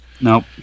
Nope